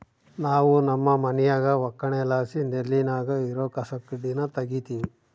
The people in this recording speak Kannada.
ನಾವು ನಮ್ಮ ಮನ್ಯಾಗ ಒಕ್ಕಣೆಲಾಸಿ ನೆಲ್ಲಿನಾಗ ಇರೋ ಕಸಕಡ್ಡಿನ ತಗೀತಿವಿ